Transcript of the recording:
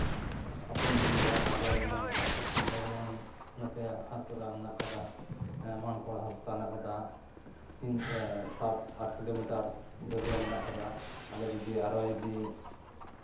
ᱦᱟᱯᱮᱱ ᱫᱤᱱᱨᱮ ᱟᱨᱚ ᱡᱮᱱᱚ ᱟᱞᱮ ᱡᱮᱢᱚᱱ ᱱᱚᱛᱮ ᱦᱟᱥᱯᱟᱛᱟᱞ ᱢᱮᱱᱟᱜ ᱠᱟᱫᱟ ᱢᱟᱱᱠᱚᱲ ᱦᱟᱥᱯᱟᱛᱟᱞ ᱢᱮᱱᱟᱜ ᱠᱟᱫᱟ ᱛᱤᱱ ᱥᱟᱛ ᱟᱴ ᱠᱤᱞᱳᱢᱤᱴᱟᱨ ᱡᱷᱟᱹᱞ ᱨᱮ ᱢᱮᱱᱟᱜ ᱠᱟᱫᱟ ᱟᱞᱮ ᱡᱩᱫᱤ ᱟᱨᱚ ᱡᱩᱫᱤ